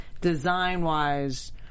design-wise